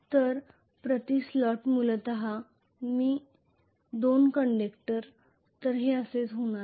तर प्रति स्लॉट मूलत 2 कंडक्टर हे असेच होणार आहे